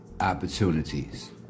opportunities